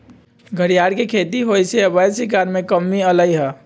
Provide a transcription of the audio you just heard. घरियार के खेती होयसे अवैध शिकार में कम्मि अलइ ह